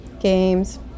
Games